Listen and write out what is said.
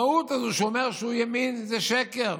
המהות הזאת, שהוא אומר שהוא ימין זה שקר.